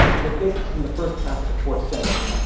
and it dates from the first half of the fourth century.